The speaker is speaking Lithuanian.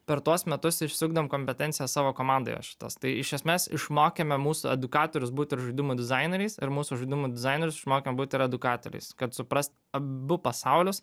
per tuos metus išsiugdėm kompetenciją savo komandoje šitas tai iš esmės išmokėme mūsų edukatorius būti ir žaidimų dizaineriais ir mūsų žaidimų dizaineris išmokė būti ir edukatoriais kad suprast abu pasaulius